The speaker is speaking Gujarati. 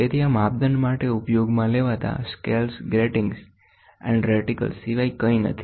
તેથી આ માપદંડ માટે ઉપયોગમાં લેવાતા સ્કેલ ગ્રીટિંગ અને રેટિકલ સિવાય કંઇ નથી